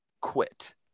quit